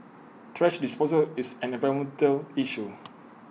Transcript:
thrash disposal is an environmental issue